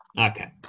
Okay